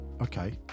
okay